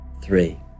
three